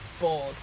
bored